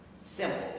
Simple